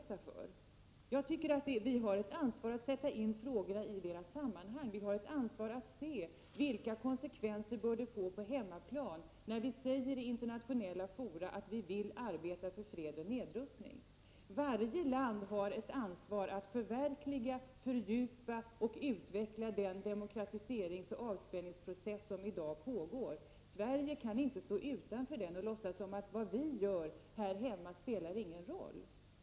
Jag tycker att vi har ett ansvar att sätta in frågorna i deras sammanhang. Vi har ett ansvar att se efter vilka konsekvenser detta bör få på hemmaplan, när vi säger i internationella fora att vi vill arbeta för fred och nedrustning. Varje land har ett ansvar för att förverkliga, fördjupa och utveckla den demokratiseringsoch avspänningsprocess som i dag pågår. Sverige kan inte stå utanför och låtsas att vad vi gör här hemma inte spelar någon roll.